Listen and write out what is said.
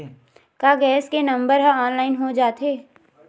का गैस के नंबर ह ऑनलाइन हो जाथे?